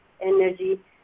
energy